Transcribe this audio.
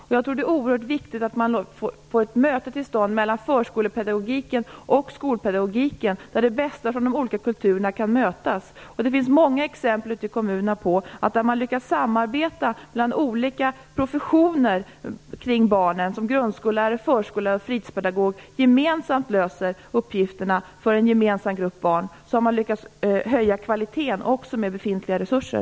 Jag tror att det är oerhört viktigt att man får ett möte till stånd mellan förskolepedagogiken och skolpedagogiken, där det bästa av de olika kulturerna kan mötas. Det finns många exempel ute i kommunerna på att man med samarbete mellan olika professioner kring barnen - grundskollärare, förskollärare och fritidspedagoger löser gemensamt uppgifterna för en gemensam grupp barn - lyckats höja kvaliteten också med befintliga resurser.